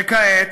וכעת,